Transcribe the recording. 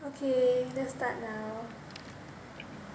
okay let's start